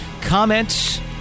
Comment